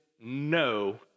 no